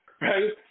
right